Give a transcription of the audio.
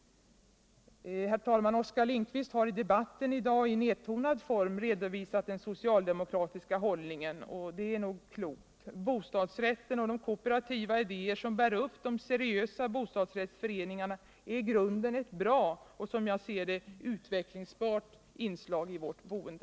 Herr talman! Oskar Lindkvist har i debatten i dag i nertonad form redovisat den socialdemokratiska hållningen. Och det är nog klokt. Bostadsrätten och de kooperativa idéer som bär upp de seriösa bostadsrättsföreningarna är i grunden ett bra och som jag ser det utvecklingsbart inslag i vårt boende.